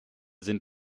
sind